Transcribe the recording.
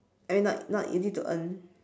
I mean not not easy to earn